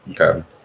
Okay